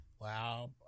wow